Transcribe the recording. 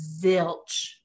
zilch